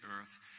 earth